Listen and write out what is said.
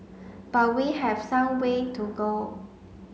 but we have some way to go